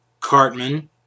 Cartman